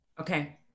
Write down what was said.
Okay